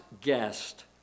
guest